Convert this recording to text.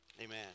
Amen